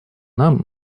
нам